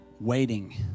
waiting